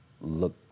look